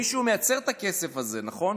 מישהו מייצר את הכסף הזה, נכון?